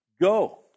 Go